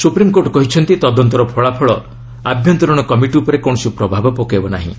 supreme court କହିଛନ୍ତି ତଦନ୍ତର ଫଳାଫଳ ଆଭ୍ୟନ୍ତରିଣ କମିଟି ଉପରେ କୌଣସି ପ୍ରଭାବ ପକାଇବ ନାହିଁ